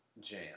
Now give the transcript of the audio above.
Jam